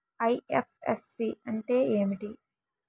IFSC అంటే ఏమిటి?